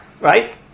right